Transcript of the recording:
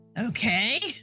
Okay